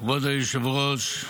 כבוד היושב-ראש,